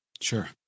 Sure